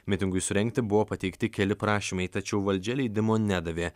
mitingui surengti buvo pateikti keli prašymai tačiau valdžia leidimo nedavė